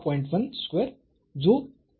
1 square जो 0